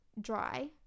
dry